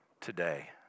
today